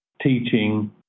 teaching